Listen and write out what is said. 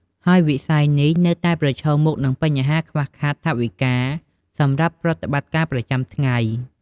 ហើយវិស័យនេះនៅតែប្រឈមមុខនឹងបញ្ហាខ្វះខាតថវិកាសម្រាប់ប្រតិបត្តិការប្រចាំថ្ងៃ។